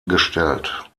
gestellt